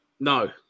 No